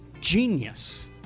genius